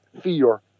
fear